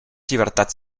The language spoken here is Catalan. llibertats